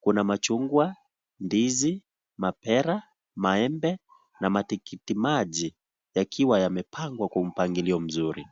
Kuna machungwa, dizi, mapera, maembe, na matikiti maji ya kiwa yamepangwa kwa mpangilio mzuri.